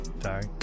sorry